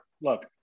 look